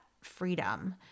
freedom